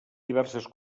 diverses